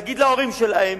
להגיד להורים שלהם: